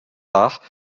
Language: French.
arts